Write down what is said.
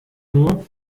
nur